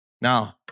Now